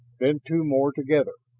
then two more together.